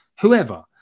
whoever